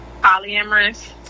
Polyamorous